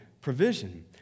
provision